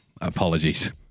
apologies